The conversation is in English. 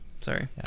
Sorry